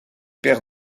père